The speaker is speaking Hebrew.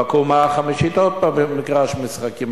בקומה החמישית עוד פעם מגרש משחקים,